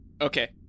Okay